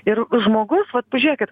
ir žmogus vat pažiūrėkit